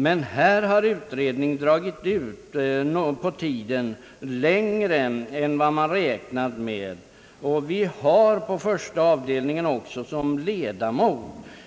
Men här har utredningen dragit längre ut på tiden än vi räknat med. Vi har i första avdelningen också som ledamot